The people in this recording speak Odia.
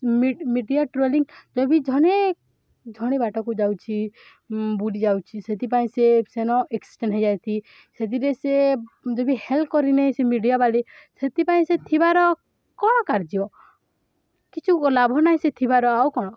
ମିଡ଼ିଆ ଟ୍ରୋଲିଂ ଯବି ଜଣେ ଜଣେ ବାଟକୁ ଯାଉଛି ବୁଡ଼ି ଯାଉଛି ସେଥିପାଇଁ ସେ ସେନ ଏକ୍ସିଡ଼େଣ୍ଟ ହେଇଯାଇଛି ସେଥିରେ ସେ ଯଦି ହେଲ୍ପ କରିନାହିଁ ସେ ମିଡ଼ିଆ ବାଲି ସେଥିପାଇଁ ସେ ଥିବାର କ'ଣ କାର୍ଯ୍ୟ କିଛି ଲାଭ ନାହିଁ ସେ ଥିବାର ଆଉ କ'ଣ